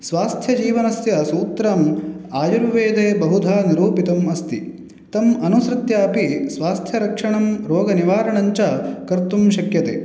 स्वास्थ्यजीवनस्य सूत्रम् आयुर्वेदे बहुधा निरूपितम् अस्ति तम् अनुसृत्यापि स्वास्थ्यरक्षणं रोगनिवारणञ्च कर्तुं शक्यते